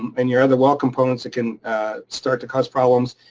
and your other well components, it can start to cause problems.